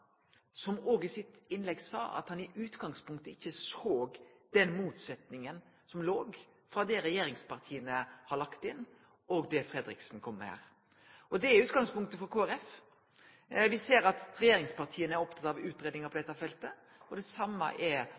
sa i innlegget sitt at han i utgangspunktet ikkje såg noka motsetning mellom det regjeringspartia har lagt inn, og det Fredriksen kom med her. Det er utgangspunktet for Kristeleg Folkeparti. Me ser at regjeringspartia er opptekne av utgreiingar på dette feltet. Det same er